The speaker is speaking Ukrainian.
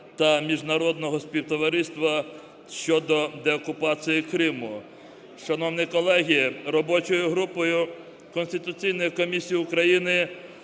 та міжнародного співтовариства щодо деокупації Криму. Шановні колеги, робочою групою конституційної комісії України